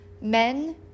Men